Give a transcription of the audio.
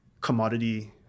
commodity